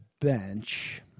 bench